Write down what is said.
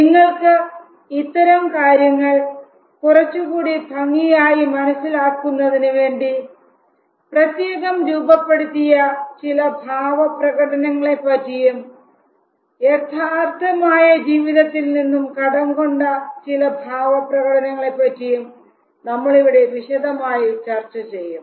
നിങ്ങൾക്ക് ഇത്തരം കാര്യങ്ങൾ കുറച്ചു കൂടി ഭംഗിയായി മനസ്സിലാക്കുന്നതിനുവേണ്ടി പ്രത്യേകം രൂപപ്പെടുത്തിയ ചില ഭാവപ്രകടനങ്ങളെ പറ്റിയും യഥാർത്ഥമായ ജീവിതത്തിൽ നിന്നും കടം കൊണ്ട ചില ഭാവപ്രകടനങ്ങളെ പറ്റിയും നമ്മൾ ഇവിടെ വിശദമായി ചർച്ച ചെയ്യും